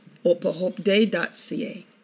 opahopeday.ca